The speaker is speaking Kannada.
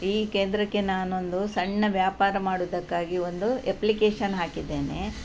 ಈ ಕೇಂದ್ರಕ್ಕೆ ನಾನೊಂದು ಸಣ್ಣ ವ್ಯಾಪಾರ ಮಾಡುವುದಕ್ಕಾಗಿ ಒಂದು ಎಪ್ಲಿಕೇಶನ್ ಹಾಕಿದ್ದೇನೆ